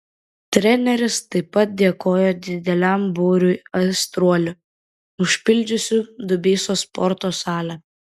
treneris taip pat dėkojo dideliam būriui aistruolių užpildžiusių dubysos sporto salę